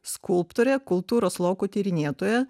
skulptorė kultūros lauko tyrinėtoja